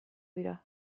dira